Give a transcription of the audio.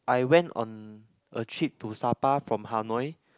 I went on a trip to Sabah from Hanoi